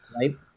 Right